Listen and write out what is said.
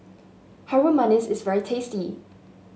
Harum Manis is very tasty